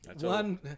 One